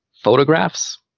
photographs